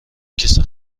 کیسه